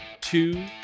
two